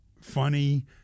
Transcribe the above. funny